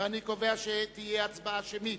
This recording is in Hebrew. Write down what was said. ואני קובע שתהיה הצבעה שמית.